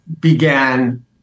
began